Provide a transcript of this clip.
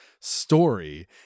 story